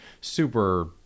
super